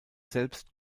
selbst